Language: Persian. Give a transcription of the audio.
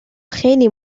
خیلی